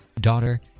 daughter